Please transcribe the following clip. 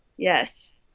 Yes